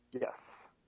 Yes